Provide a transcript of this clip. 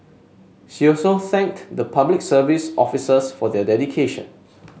she also thanked the Public Service officers for their dedication